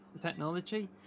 technology